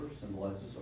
symbolizes